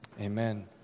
Amen